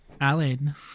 Alan